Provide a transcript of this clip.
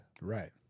Right